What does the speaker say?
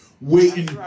waiting